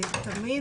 תמיד,